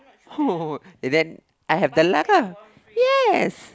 and then I have the last ah yes